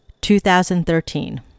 2013